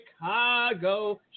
Chicago